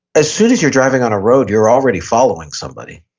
as soon as you're driving on a road you're already following somebody,